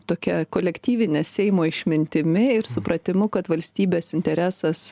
tokia kolektyvine seimo išmintimi ir supratimu kad valstybės interesas